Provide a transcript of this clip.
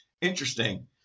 Interesting